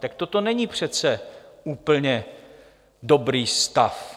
Tak toto není přece úplně dobrý stav.